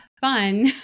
fun